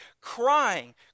crying